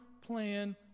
plan